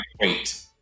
wait